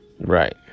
Right